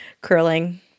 curling